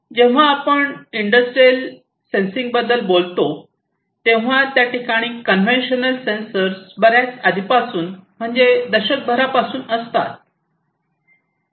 जेव्हा आपण industrial sensing बद्दल बोलतो तेव्हा हा त्या ठिकाणी कवेंशनल सेन्सर्स बऱ्याच आधीपासून म्हणजे दशकभरापासून असतात